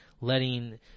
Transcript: letting